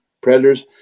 Predators